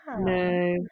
No